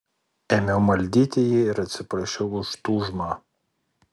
ėmiau maldyti jį ir atsiprašiau už tūžmą